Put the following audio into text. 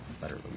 better